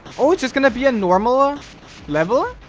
oh it's just gonna be a normal level